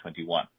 2021